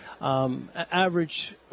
average